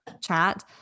chat